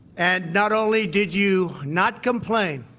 and not only did you not complain,